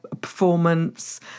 performance